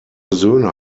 söhne